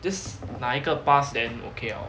just 拿一个 pass then okay 了